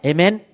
Amen